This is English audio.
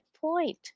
point